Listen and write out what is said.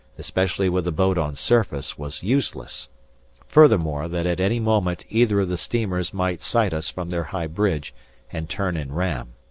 especially with the boat on surface, was useless furthermore, that at any moment either of the steamers might sight us from their high bridge and turn and ram.